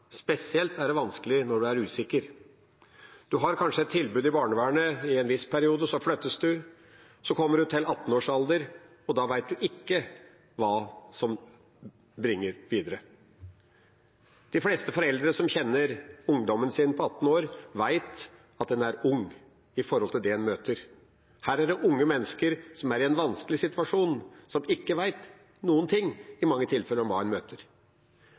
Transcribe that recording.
Spesielt er det vanskelig når en er usikker. En har kanskje et tilbud i barnevernet i en viss periode, så flyttes en, så kommer en til 18-årsalderen, og da vet en ikke hva tida bringer videre. De fleste foreldre som kjenner ungdommen sin på 18 år, vet at en er ung i forhold til det en møter. Her er det unge mennesker som er i en vanskelig situasjon, og som i mange tilfeller ikke vet noen ting om hva de møter.